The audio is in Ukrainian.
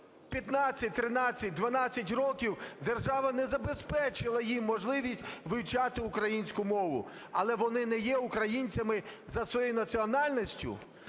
15, 13, 12 років, держава не забезпечила їм можливість вивчати українську мову. Але вони не є українцями за своєю національністю,